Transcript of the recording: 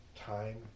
time